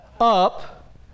up